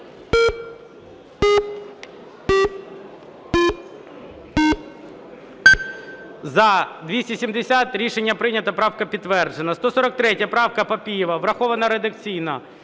За-270 Рішення прийнято. Правка підтверджена. 143 правка Папієва. Врахована редакційно.